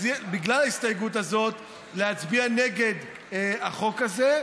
בגלל ההסתייגות הזאת, להצביע נגד החוק הזה.